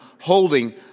holding